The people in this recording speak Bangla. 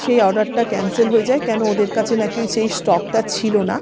সেই অর্ডারটা ক্যান্সেল হয়ে যায় কেন ওদের কাছে নাকি ওই সেই স্টকটা ছিলো না